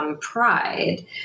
Pride